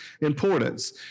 importance